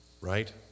right